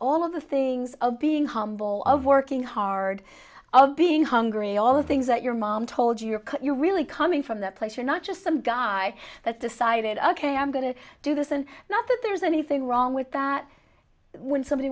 all of the things of being humble of working hard of being hungry all the things that your mom told your could you really coming from that place you're not just some guy that decided ok i'm going to do this and not that there's anything wrong with that when somebody